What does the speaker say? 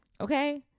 okay